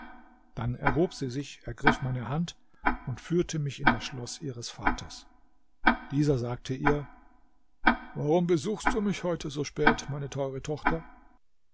dann erhob sie sich ergriff meine hand und führte mich in das schloß ihres vaters dieser sagte ihr warum besuchst du mich heute so spät meine teure tochter